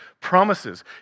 promises